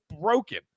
broken